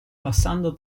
passando